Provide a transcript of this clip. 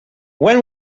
when